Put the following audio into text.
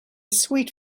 sweet